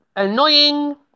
annoying